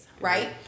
right